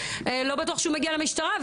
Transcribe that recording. לא בטוח שהוא מגיע למשטרה.